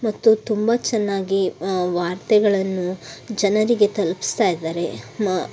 ಮತ್ತು ತುಂಬ ಚೆನ್ನಾಗಿ ವಾರ್ತೆಗಳನ್ನು ಜನರಿಗೆ ತಲುಪಿಸ್ತಾ ಇದ್ದಾರೆ ಮ